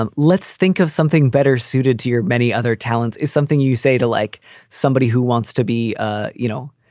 um let's think of something better suited to your many other talents is something you say to like somebody who wants to be, ah you know,